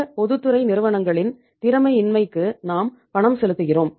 இந்த பொதுத்துறை நிறுவனங்களின் திறமையின்மைக்கு நாம் பணம் செலுத்துகிறோம்